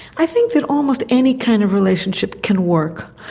i think that almost any kind of relationship can work,